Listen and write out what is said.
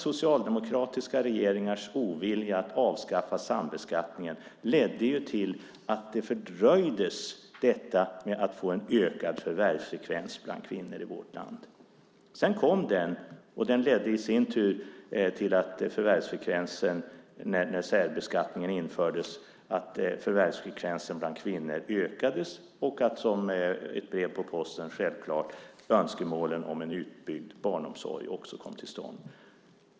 Socialdemokratiska regeringars ovilja att avskaffa sambeskattningen ledde till att en ökad förvärvsfrekvens bland kvinnor i vårt land fördröjdes. När särbeskattningen kom ledde det till att förvärvsfrekvensen bland kvinnor ökade, och sedan kom som ett brev på posten önskemål om en utbyggd barnomsorg.